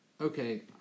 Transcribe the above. okay